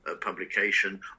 Publication